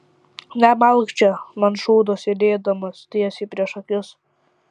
nemalk čia man šūdo sėdėdamas tiesiai prieš akis